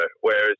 whereas